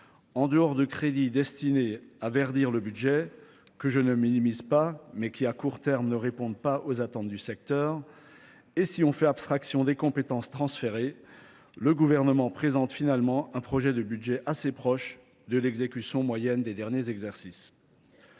en dehors des crédits destinés à verdir le budget, que je ne minimise pas, mais qui, à court terme, ne répondent pas aux attentes du secteur, et si l’on fait abstraction des compétences transférées, le Gouvernement présente finalement un projet assez proche de l’exécution moyenne des derniers exercices.